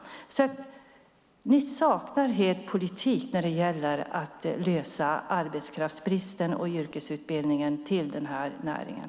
Ni saknar helt politik när det gäller arbetskraftsbristen och yrkesutbildningen till den här näringen.